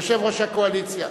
יושב-ראש הקואליציה,